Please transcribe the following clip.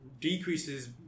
decreases